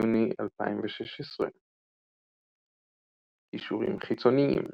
ביוני 2016. קישורים חיצוניים